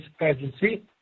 Agency